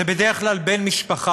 זה בדרך כלל בן משפחה,